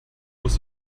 muss